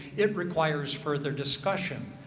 it requires further discussion.